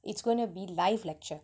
it's gonna be live lecture